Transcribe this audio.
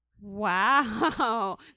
Wow